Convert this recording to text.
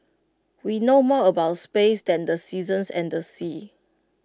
we know more about space than the seasons and the seas